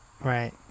right